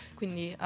quindi